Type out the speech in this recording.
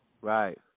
Right